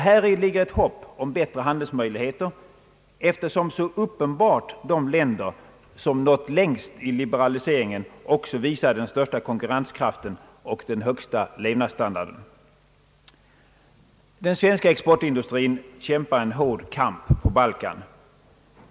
Häri ligger ett hopp om bättre handelsmöjligheter eftersom de länder som nått längst i liberalisering så uppenbart också visar den största konkurrenskraften och den största levnadsstandarden. Den svenska exportindustrin kämpar en hård kamp på Balkan.